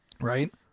right